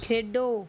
ਖੇਡੋ